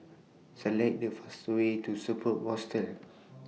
Select The fast Way to Superb